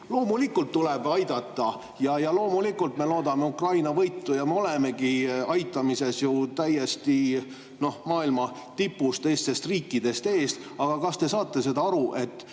Loomulikult tuleb aidata ja loomulikult me loodame Ukraina võitu ja me olemegi aitamises ju täiesti maailma tipus, teistest riikidest ees. Aga kas te saate aru, et